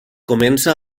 comença